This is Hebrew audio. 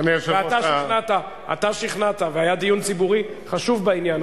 אתה שכנעת, והיה דיון ציבורי חשוב בעניין הזה.